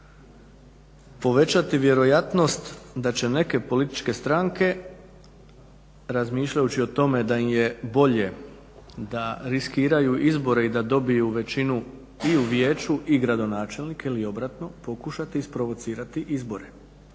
povećati vjerojatnost da će neke političke stranke razmišljajući o tome da im je bolje da riskiraju izbore i da dobiju većinu i u vijeću i gradonačelnik, ili obratno, pokušati isprovocirati izbore,